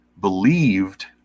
believed